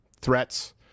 Threats